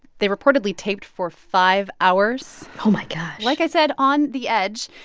they reportedly taped for five hours oh, my gosh like i said, on the edge